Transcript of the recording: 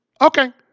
Okay